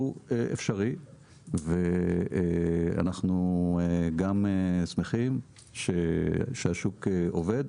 הוא אפשרי ואנחנו גם שמחים שהשוק עובד,